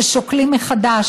ששוקלים מחדש,